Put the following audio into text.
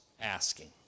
asking